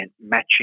matching